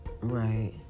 Right